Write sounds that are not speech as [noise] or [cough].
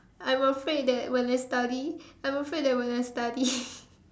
I'm afraid that when I study I'm afraid that when I study [laughs]